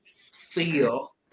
feel